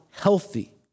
healthy